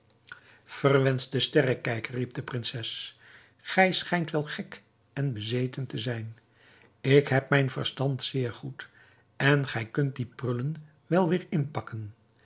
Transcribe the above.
verwenschte sterrekijker riep de prinses gij schijnt wel gek en bezeten te zijn ik heb mijn verstand zeer goed en gij kunt die prullen wel weêr inpakken